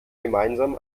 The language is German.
gemeinsam